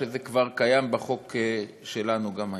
שזה כבר קיים בחוק שלנו גם היום?